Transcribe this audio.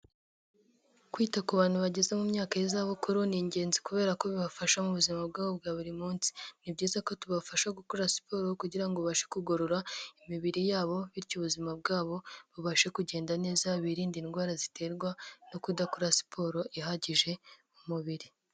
Kwita ku bantu bageze mu myaka y'izabukuru ni ingenzi kubera ko bibafasha mu buzima bwabo bwa buri munsi. Ni byiza ko tubafasha gukora siporo kugira ubashe kugorora imibiri yabo, bityo ubuzima bwabo babashe kugenda neza birinde indwara ziterwa no kudakora siporo ihagije mu mubiri.